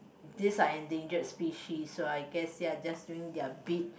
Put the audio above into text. these are endangered species so I guess they are just doing their bit